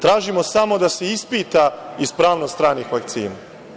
Tražimo samo da se ispita ispravnost stranih vakcina.